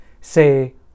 say